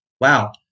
wow